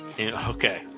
Okay